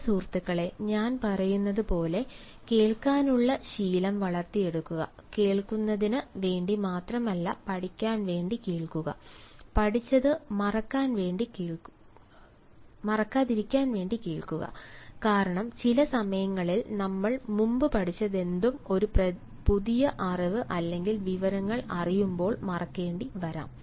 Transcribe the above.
പ്രിയ സുഹൃത്തുക്കളേ ഞാൻ പറയുന്നത് പോലെ കേൾക്കാനുള്ള ശീലം വളർത്തിയെടുക്കുക കേൾക്കുന്നതിന് വേണ്ടി മാത്രമല്ല പഠിക്കാൻ വേണ്ടി കേൾക്കുക പഠിച്ചത് മറക്കാൻ വേണ്ടി കേൾക്കുക കാരണം ചില സമയങ്ങളിൽ നമ്മൾ മുമ്പ് പഠിച്ചതെന്തും ഒരു പുതിയ അറിവ് അല്ലെങ്കിൽ വിവരങ്ങൾ അറിയുമ്പോൾ മറക്കേണ്ടി വരാം